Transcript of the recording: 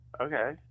Okay